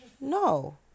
No